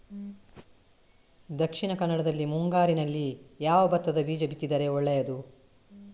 ದಕ್ಷಿಣ ಕನ್ನಡದಲ್ಲಿ ಮುಂಗಾರಿನಲ್ಲಿ ಯಾವ ಭತ್ತದ ಬೀಜ ಬಿತ್ತಿದರೆ ಒಳ್ಳೆಯದು?